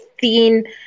thin